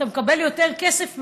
אתה מקבל יותר כסף מהרשות.